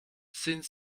sind